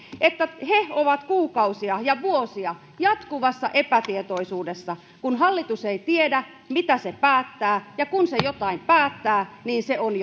että he ovat kuukausia ja vuosia jatkuvassa epätietoisuudessa kun hallitus ei tiedä mitä se päättää ja kun se jotain päättää niin se on